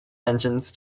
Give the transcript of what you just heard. engines